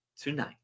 tonight